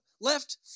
left